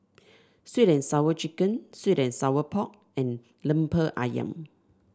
sweet and Sour Chicken sweet and Sour Pork and lemper ayam